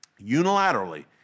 unilaterally